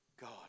God